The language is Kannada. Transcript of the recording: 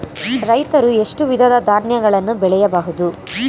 ರೈತರು ಎಷ್ಟು ವಿಧದ ಧಾನ್ಯಗಳನ್ನು ಬೆಳೆಯಬಹುದು?